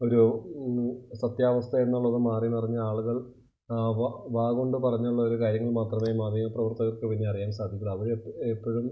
ഒരു സത്യാവസ്ഥ എന്നുള്ളത് മാറി മറിഞ്ഞു ആളുകൾ വാ കൊണ്ട് പറഞ്ഞുള്ള ഒരു കാര്യങ്ങൾ മാത്രമേ മാധ്യമപ്രവർത്തകർക്ക് തന്നെ അറിയാൻ സാധിക്കുകയുള്ളൂ അവരെ എപ്പോഴും